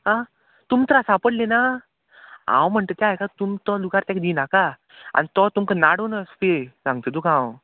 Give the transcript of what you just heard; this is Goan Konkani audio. आं तुम त्रासा पडली ना हांव म्हणटा तें आयकात तुम तो लूगार तेका दिनाका आनी तो तुमकां नाडून वसपी सांगता तुका हांव